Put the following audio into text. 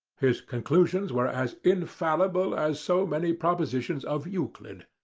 his conclusions were as infallible as so many propositions of euclid.